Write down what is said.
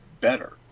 better